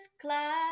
class